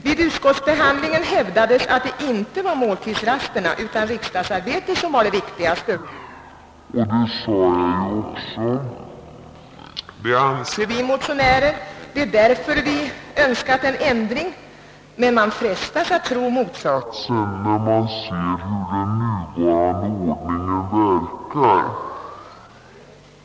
Vid utskottsbehandlingen hävdades att det inte var måltidsrasterna utan riksdagsarbetet som var det viktigaste — det anser även motionärerna som jag redan framhållit och det är anledningen till att vi önskar en ändring — men man frestas tro motsatsen när man ser hur den nuvarande ordningen verkar.